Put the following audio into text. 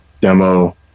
demo